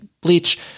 bleach